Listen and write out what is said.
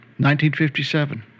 1957